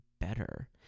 better